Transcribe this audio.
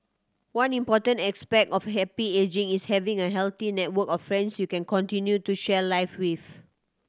one important aspect of happy ageing is having a healthy network of friends you can continue to share life with